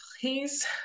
please